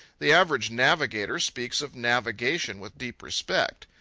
the average navigator speaks of navigation with deep respect.